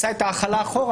ההחלה אחורה,